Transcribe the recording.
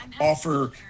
offer